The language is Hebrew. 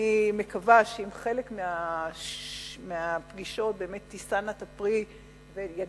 אני מקווה שאם חלק מהפגישות לפחות תישאנה פרי ויגיעו